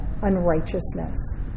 unrighteousness